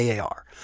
AAR